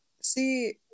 See